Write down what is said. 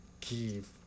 give